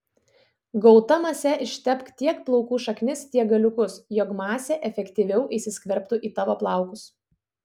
gauta mase ištepk tiek plaukų šaknis tiek galiukus jog masė efektyviau įsiskverbtų į tavo plaukus